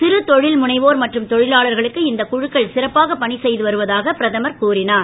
சிறு தொழில்முனைவோர் மற்றும் தொழிலாளர்களுக்கு இந்த குழுக்கள் சிறப்பாக பணி செய்து வருவதாக கூறினார்